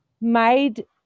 made